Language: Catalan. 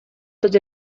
tots